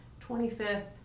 25th